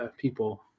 people